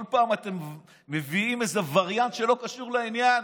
כל פעם אתם מביאים איזה וריאנט שלא קשור לעניין,